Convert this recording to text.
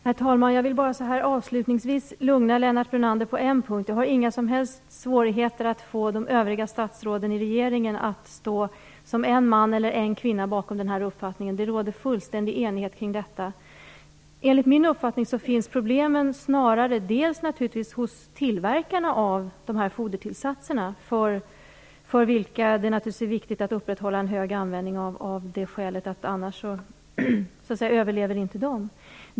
Herr talman! Jag vill bara avslutningsvis lugna Lennart Brunander på en punkt. Jag har inga som helst svårigheter att få de övriga statsråden i regeringen att stå som en man eller en kvinna bakom den här uppfattningen. Det råder fullständig enighet kring detta. Enligt min uppfattning finns problemen snarare hos tillverkarna av fodertillsatserna. För dem är det naturligtvis viktigt att upprätthålla en hög användning av det skälet att annars överlever inte de.